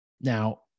Now